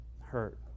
hurt